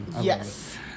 Yes